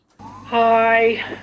Hi